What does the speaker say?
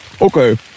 Okay